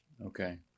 Okay